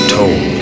told